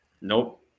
Nope